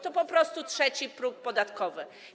To po prostu trzeci próg podatkowy.